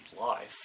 life